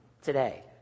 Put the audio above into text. today